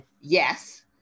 yes